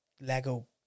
lego